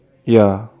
ya